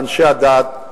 ואנשי הדת,